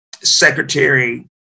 Secretary